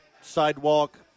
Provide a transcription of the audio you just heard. sidewalk